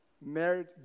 married